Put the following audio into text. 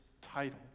title